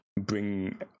bring